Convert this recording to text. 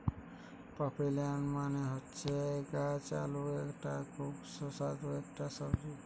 পার্পেলিয়াম মানে হচ্ছে গাছ আলু এটা খুব সুস্বাদু একটা সবজি